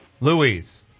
Louise